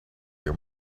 your